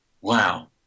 Wow